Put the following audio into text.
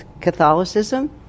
Catholicism